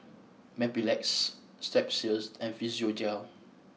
Mepilex Strepsils and Physiogel